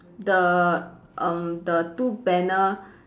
the um the two banner